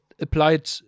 applied